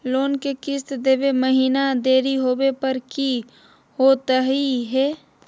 Loan के किस्त देवे महिना देरी होवे पर की होतही हे?